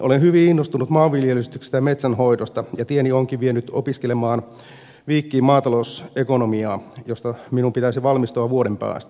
olen hyvin innostunut maanviljelyksestä ja metsänhoidosta ja tieni onkin vienyt opiskelemaan viikkiin maatalousekonomiaa josta minun pitäisi valmistua vuoden päästä